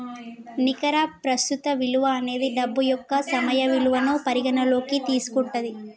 నికర ప్రస్తుత విలువ అనేది డబ్బు యొక్క సమయ విలువను పరిగణనలోకి తీసుకుంటది